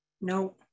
No